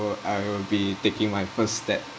I will be taking my first step